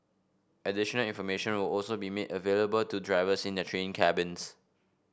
additional information will also be made available to drivers in their train cabins